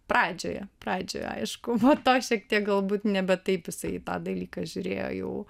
pradžioje pradžioje aišku po to šiek tiek galbūt nebe taip jisai į tą dalyką žiūrėjo jau